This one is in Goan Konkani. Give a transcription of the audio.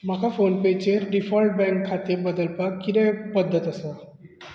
म्हाका फोनपेचेर डिफॉल्ट बँक खातें बदलपाक कितें पद्दत आसा